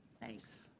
thanks.